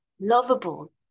lovable